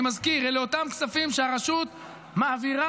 אני מזכיר: אלה אותם כספים שהרשות מעבירה